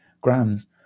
grams